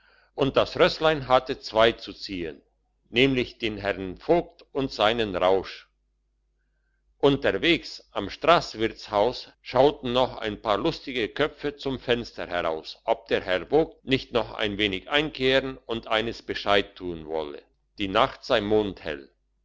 und das rösslein hatte zwei zu ziehen nämlich den herrn vogt und seinen rausch unterwegs am strasswirtshaus schauten noch ein paar lustige köpfe zum fenster heraus ob der herr vogt nicht noch ein wenig einkehren und eines bescheid tun wolle die nacht sei mondhell